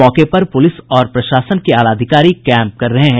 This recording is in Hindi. मौके पर पुलिस और प्रशासन के आलाधिकारी कैंप कर रहे हैं